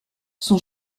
son